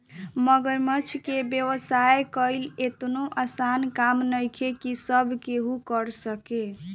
मगरमच्छ के व्यवसाय कईल एतनो आसान काम नइखे की सब केहू कर सके